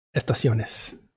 Estaciones